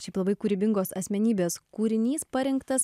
šiaip labai kūrybingos asmenybės kūrinys parinktas